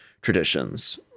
traditions